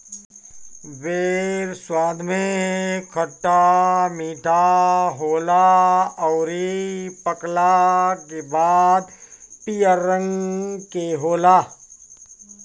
बेर स्वाद में खट्टा मीठा होला अउरी पकला के बाद पियर रंग के होला